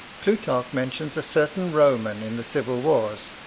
plutarch mentions a certain roman in the civil wars,